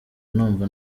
numva